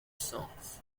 songs